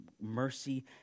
mercy